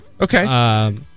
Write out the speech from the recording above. Okay